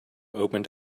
opened